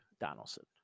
Donaldson